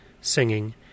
singing